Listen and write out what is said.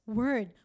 word